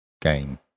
game